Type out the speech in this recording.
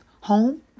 home